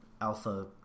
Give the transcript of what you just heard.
alpha